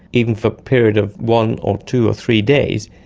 even for a period of one or two or three days,